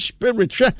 Spirit